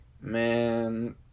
man